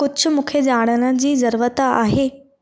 कुझु मूंखे ॼाणण जी ज़रूरत आहे